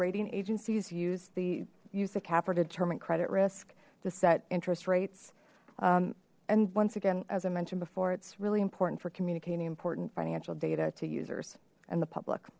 rating agencies use the use of capper to determine credit risk to set interest rates and once again as i mentioned before it's really important for communicating important financial data to users and the public